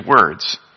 words